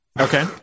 Okay